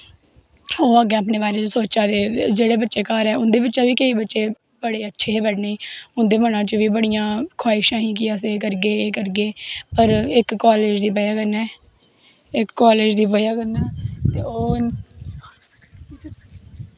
ओह् अग्गैं साढ़ै बारै च सोचा दे हे जेह्ड़े बच्चे घर ऐं उंदै बिच्चा दा बी केंई बच्चे बड़े अच्चे हे पढ़नें गी उंदै मनैं च बा बड़ियां शबाहिशां हियां कि अस एह् करगे एह् करगे पर इक कालेज दी बजह कन्नै कालेज दी बजह कन्नै ते ओह्